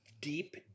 deep